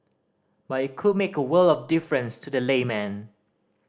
but it could make a world of difference to the layman